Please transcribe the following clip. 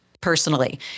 personally